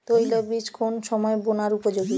তৈল বীজ কোন সময় বোনার উপযোগী?